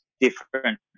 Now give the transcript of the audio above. different